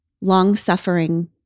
long-suffering